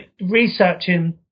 researching